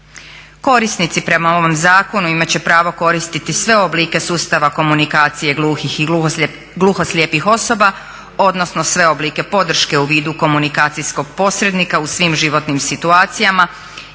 Korisnici prema ovom zakonu imat će pravo koristiti sve oblike sustava komunikacije gluhih i gluhoslijepih osoba odnosno sve oblike podrške u vidu komunikacijskog posrednika u svim životnim situacijama